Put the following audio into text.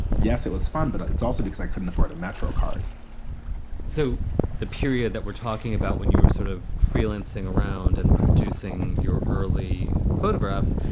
yes, it was fun, but it's also because i couldn't afford a metro card so the period that we're talking about, when you were sort of freelancing around and producing your early photographs,